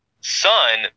son